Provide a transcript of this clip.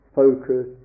focus